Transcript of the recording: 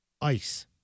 ice